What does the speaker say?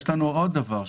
יש לנו עוד דבר,